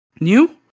new